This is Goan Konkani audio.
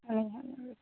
आनी कांय ना